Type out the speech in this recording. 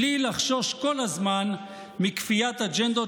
בלי לחשוש כל הזמן מכפיית אג'נדות